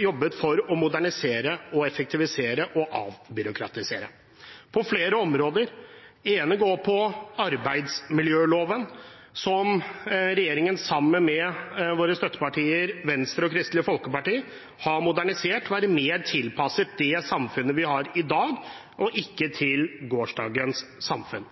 jobbet for å modernisere, effektivisere og avbyråkratisere på flere områder. Det ene går på arbeidsmiljøloven, som regjeringen sammen med sine støttepartier Venstre og Kristelig Folkeparti har modernisert til å være mer tilpasset det samfunnet vi har i dag, og ikke til gårsdagens samfunn.